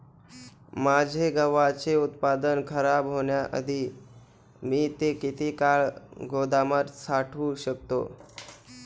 माझे गव्हाचे उत्पादन खराब होण्याआधी मी ते किती काळ गोदामात साठवू शकतो?